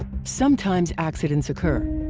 sometimes accidents occur.